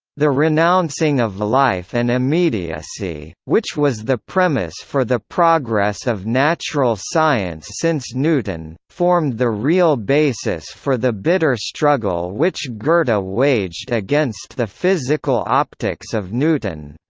the renouncing of life and immediacy, which was the premise for the progress of natural science since newton, formed the real basis for the bitter struggle which goethe but waged against the physical optics of newton.